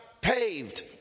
paved